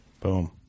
Boom